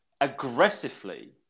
aggressively